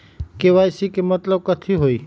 KYC के मतलब कथी होई?